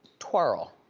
twirl,